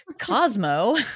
Cosmo